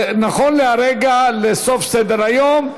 נכון לרגע זה, לסוף סדר-היום,